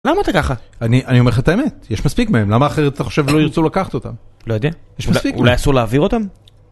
למה אתה ככה? אני, אני אומר לך את האמת, יש מספיק מהם, למה אחרת אתה חושב לא ירצו לקחת אותם? לא יודע, יש מספיק. אולי אסור להעביר אותם?